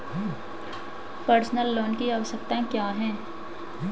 Personal loan की आवश्यकताएं क्या हैं?